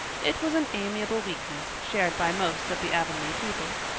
it was an amiable weakness shared by most of the avonlea people.